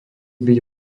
byť